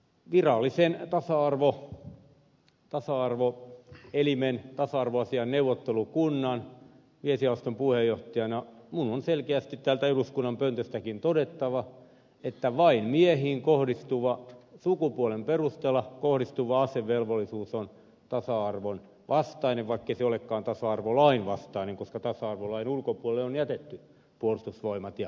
virallisen tasa arvoelimen tasa arvoasiain neuvottelukunnan miesjaoston puheenjohtajana minun on selkeästi täältä eduskunnan pöntöstäkin todettava että vain miehiin sukupuolen perusteella kohdistuva asevelvollisuus on tasa arvon vastainen vaikkei se olekaan tasa arvolain vastainen koska tasa arvolain ulkopuolelle on jätetty puolustusvoimat ja asevelvollisuus